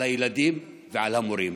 על הילדים ועל המורים.